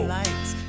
lights